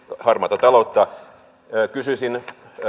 harmaata taloutta kysyisin